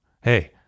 Hey